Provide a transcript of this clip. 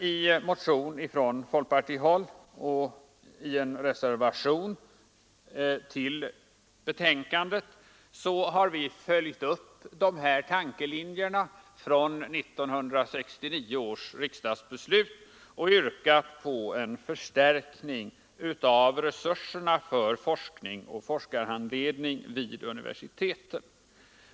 I motion från folkpartihåll och en reservation till betänkandet har vi följt upp de här tankelinjerna från 1969 års riksdagsbeslut och yrkat på en förstärkning av resurserna för forskning och forskarhandledning vid universiteten.